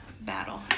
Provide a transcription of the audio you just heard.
battle